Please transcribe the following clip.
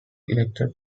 elected